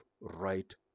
right